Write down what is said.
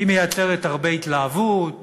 מייצרת הרבה התלהבות